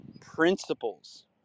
principles